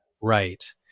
right